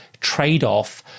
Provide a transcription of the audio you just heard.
trade-off